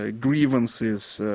ah grievances,